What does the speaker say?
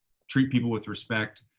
treat people with respect.